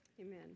Amen